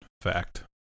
fact